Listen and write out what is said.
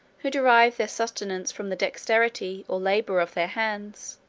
who derive their subsistence from the dexterity or labor of their hands,